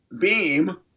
beam